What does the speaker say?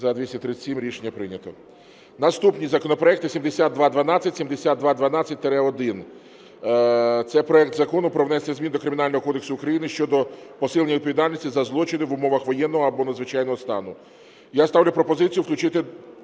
За-237 Рішення прийнято. Наступні законопроекти: 7212, 7212-1. Це проект Закону про внесення змін до Кримінального кодексу України щодо посилення відповідальності за злочини в умовах воєнного або надзвичайного стану. Я ставлю пропозицію включити